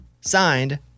Signed